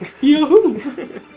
Yahoo